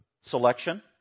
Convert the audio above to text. selection